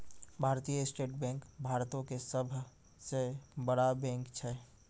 भारतीय state bank भारतो के सभ से बड़ा बैंक छै